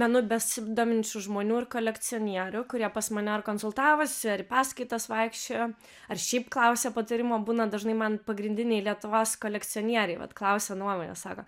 menu besidominčių žmonių ir kolekcionierių kurie pas mane ar konsultavosi ar į paskaitas vaikščiojo ar šiaip klausia patarimo būna dažnai man pagrindiniai lietuvos kolekcionieriai vat klausia nuomonės sako